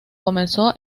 comenzó